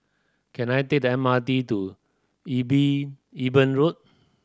can I take the M R T to Eben Road